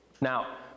Now